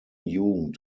jugend